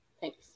thanks